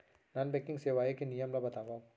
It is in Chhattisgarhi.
नॉन बैंकिंग सेवाएं के नियम ला बतावव?